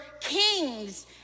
kings